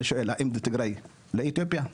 אני שואל, האם טיגריי לא באתיופיה?